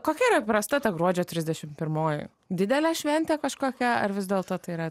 kokia yra įprasta ta gruodžio trisdešim pirmoji didelė šventė kažkokia ar vis dėlto tai yra